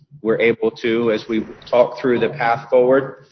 we're able to, as we talk through the path forward,